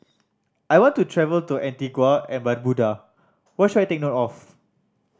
I want to travel to Antigua and Barbuda what should I take note of